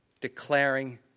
declaring